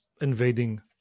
invading